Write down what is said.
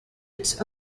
its